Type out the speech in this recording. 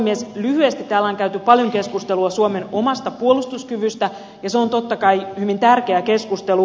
täällä on käyty paljon keskustelua suomen omasta puolustuskyvystä ja se on totta kai hyvin tärkeä keskustelu